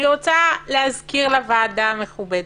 אני רוצה להזכיר לוועדה המכובדת,